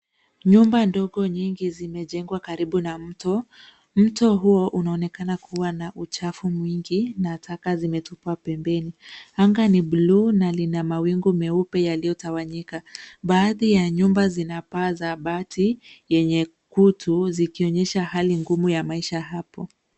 Nyumba ndogo nyingi zimejengwa karibu na mto, mto huo unaonekana kuwa na uchafu mwingi, na taka zimetupwa pembeni. Anga ni blue , na lina mawingu meupe yaliotawanyika. Baadhi ya nyumba zina paa za bati, yenye kutu, zikionyesha hali ngumu ya maisha hapo.